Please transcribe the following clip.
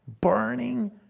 burning